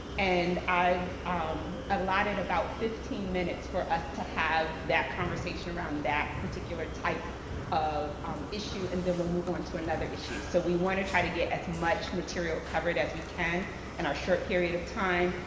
and i've um allotted about fifteen minutes for us to have that conversation around that particular type of um issue, and then we'll move on to another issue. so we wanna try to get as much material covered as we can in and our short period of time,